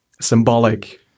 symbolic